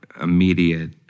immediate